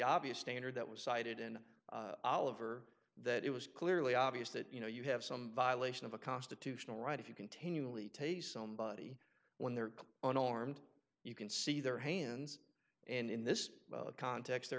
obvious standard that was cited in oliver that it was clearly obvious that you know you have some violation of a constitutional right if you continually take somebody when they're on armed you can see their hands and in this context they're